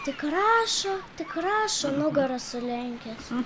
tik rašo tik rašo nugarą sulenkęs